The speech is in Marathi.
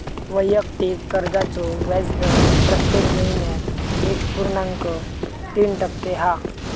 वैयक्तिक कर्जाचो व्याजदर प्रत्येक महिन्याक एक पुर्णांक तीन टक्के हा